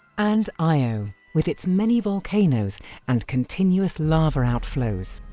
and io, with its many volcanoes and continuous lava outflows.